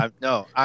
No